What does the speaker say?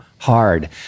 Hard